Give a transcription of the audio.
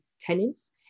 tenants